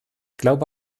glaube